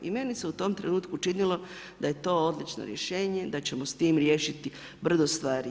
I meni se u tom trenutku činilo da je to odlično rješenje da ćemo s tim riješiti brdo stvari.